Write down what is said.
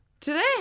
Today